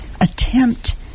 attempt